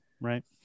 right